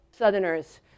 Southerners